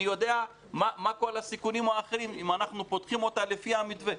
אני יודע מה כל הסיכונים האחרים אם אנחנו פותחים אותה לפי המתווה.